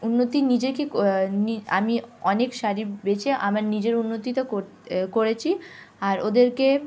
উন্নতি নিজেকে নি আমি অনেক শাড়ি বেচে আমার নিজের উন্নতি তো কোর করেছি আর ওদেরকে